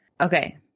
Okay